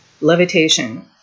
Levitation